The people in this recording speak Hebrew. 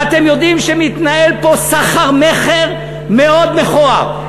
ואתם יודעים שמתנהל פה סחר-מכר מאוד מכוער.